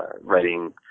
writing –